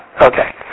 okay